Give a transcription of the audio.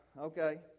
okay